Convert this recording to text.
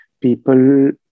people